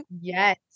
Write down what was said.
Yes